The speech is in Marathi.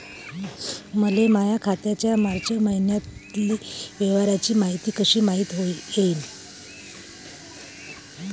मले माया खात्याच्या मार्च मईन्यातील व्यवहाराची मायती कशी पायता येईन?